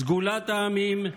סגולת העמים,